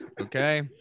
Okay